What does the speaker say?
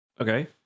Okay